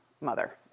mother